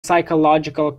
psychological